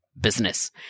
business